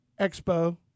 Expo